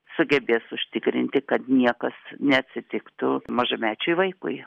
sugebės užtikrinti kad niekas neatsitiktų mažamečiui vaikui